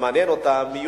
ומעניין אותם נושא הציונות,